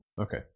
Okay